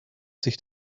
sich